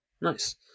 Nice